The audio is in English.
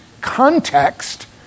context